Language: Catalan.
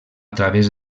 través